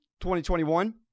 2021